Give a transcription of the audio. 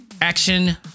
action